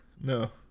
no